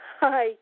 Hi